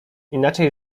inaczej